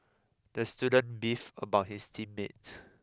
the student beefed about his team mates